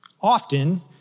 often